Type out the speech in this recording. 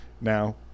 now